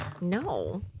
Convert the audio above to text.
No